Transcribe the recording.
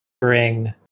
bring